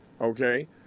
okay